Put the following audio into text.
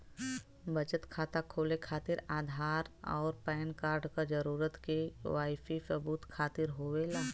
बचत खाता खोले खातिर आधार और पैनकार्ड क जरूरत के वाइ सी सबूत खातिर होवेला